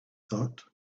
thought